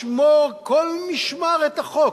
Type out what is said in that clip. לשמור מכל משמר את החוק,